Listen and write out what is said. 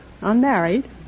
unmarried